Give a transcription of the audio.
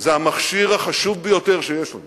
המכשיר החשוב ביותר שיש לנו